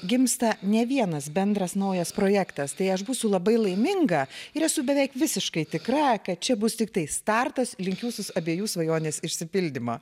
gimsta ne vienas bendras naujas projektas tai aš būsiu labai laiminga ir esu beveik visiškai tikra kad čia bus tiktai startas link jūsų abiejų svajonės išsipildymo